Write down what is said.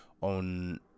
on